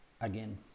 again